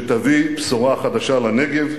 שתביא בשורה חדשה לנגב,